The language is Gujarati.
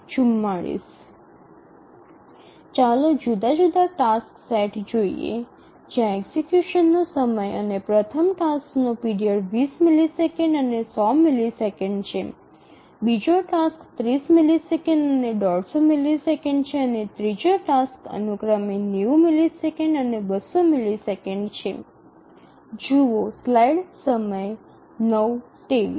ચાલો જુદાં જુદાં ટાસક્સ સેટ જોઈએ જ્યાં એક્ઝિકયુશનનો સમય અને પ્રથમ ટાસ્કનો પીરિયડ ૨0 મિલિસેકન્ડ અને ૧00 મિલિસેકન્ડ છે બીજો ટાસ્ક ૩0 મિલિસેકન્ડ અને ૧૫0 મિલિસેકંડ છે અને ત્રીજો ટાસ્ક અનુક્રમે ૯0 મિલિસેકન્ડ અને ૨00 મિલિસેકન્ડ છે